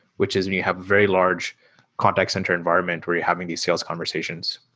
which is when you have very large contact center environment where you're having these sales conversations